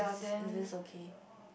it is okay